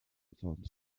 van